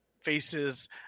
faces